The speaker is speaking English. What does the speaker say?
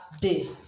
day